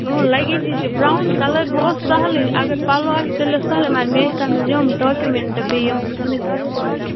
luggage حظ چھِ brown colour وۅنۍ اوس سَہلٕے اگر پَلو آسہِ تیٚلہِ ٲس سَہلٕے مگر مےٚ ٲسۍ تَتھ منٛز یِم ڈاکیٛومٮ۪نٛٹہٕ بیٚیہِ یِم پَنٕنۍ کارڈ وارڈ